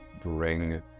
bring